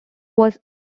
was